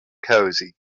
cosy